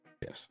yes